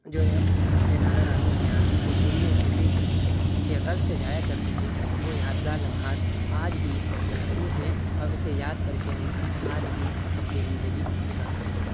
جو ہم اپنے نانا نانی کے یہاں جو گھومنے پھرنے کی کے غرض سے جایا کرتے تھے وہ یادگار لمحات آج بھی محفوظ ہیں اور اسے یاد کر کے ہم آج بھی اپنی زندگی گزارتے ہیں